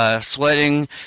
sweating